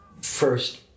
first